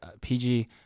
pg